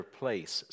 place